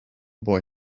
boy